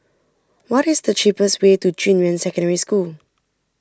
what is the cheapest way to Junyuan Secondary School